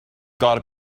gotta